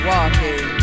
Walking